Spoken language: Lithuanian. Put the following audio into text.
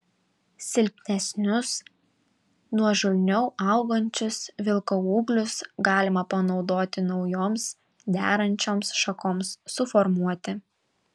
silpnesnius nuožulniau augančius vilkaūglius galima panaudoti naujoms derančioms šakoms suformuoti